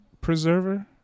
preserver